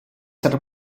stata